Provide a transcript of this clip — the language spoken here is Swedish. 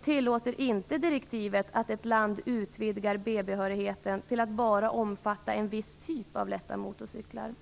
tillåter det inte att ett land utvidgar B behörigheten till att bara omfatta en viss typ av lätta motorcyklar.